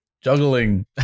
juggling